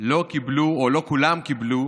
לא כולם קיבלו